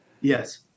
Yes